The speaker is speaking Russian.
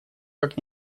как